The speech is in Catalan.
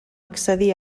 accedí